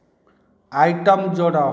item ଯୋଡ଼